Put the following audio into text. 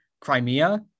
Crimea